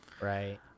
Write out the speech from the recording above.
Right